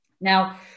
Now